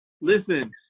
Listen